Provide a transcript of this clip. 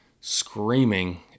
screaming